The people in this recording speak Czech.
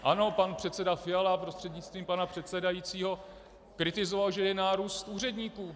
Ano, pan předseda Fiala, prostřednictvím pana předsedajícího, kritizoval, že je nárůst úředníků.